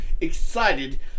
excited